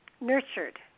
nurtured